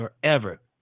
forever